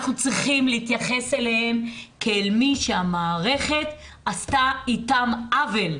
אנחנו צריכים להתייחס אליהם כאל מי שהמערכת עשתה איתם עוול.